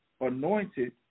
anointed